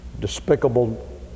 despicable